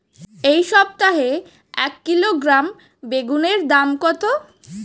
এই সপ্তাহে এক কিলোগ্রাম বেগুন এর দাম কত?